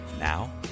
Now